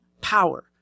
power